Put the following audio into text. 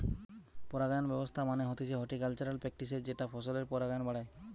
পরাগায়ন ব্যবস্থা মানে হতিছে হর্টিকালচারাল প্র্যাকটিসের যেটা ফসলের পরাগায়ন বাড়ায়